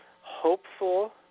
hopeful